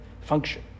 function